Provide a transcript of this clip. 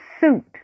suit